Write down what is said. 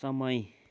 समय